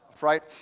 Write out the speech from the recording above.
right